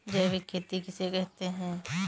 जैविक खेती किसे कहते हैं?